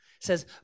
says